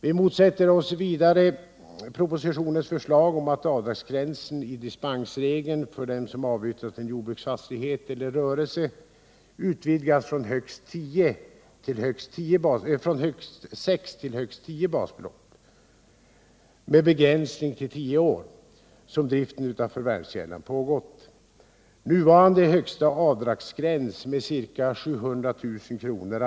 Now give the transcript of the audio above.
Vi motsätter oss vidare propositionens förslag om att avdragsgränsen i dispensregeln för den som avyttrat en jordbruksfastighet eller rörelse utvidgas från högst sex till tio basbelopp för varje år, med begränsning till tio år, som driften pågått. Den nu högsta avdragsgränsen, ca 700 000 kr.